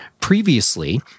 previously